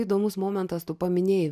įdomus momentas tu paminėjai